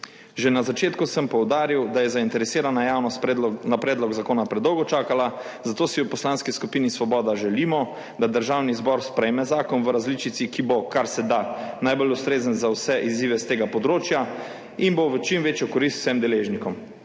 Že na začetku sem poudaril, da je zainteresirana javnost na predlog zakona predolgo čakala, zato si v Poslanski skupini Svoboda želimo, da Državni zbor sprejme zakon v različici, ki bo kar se da najbolj ustrezna za vse izzive s tega področja in bo v čim večjo korist vsem deležnikom.